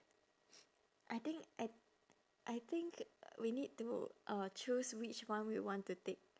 I think I I think we need to uh choose which one we want to take